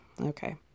Okay